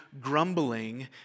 grumbling